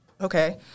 okay